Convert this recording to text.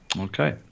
Okay